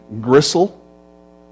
gristle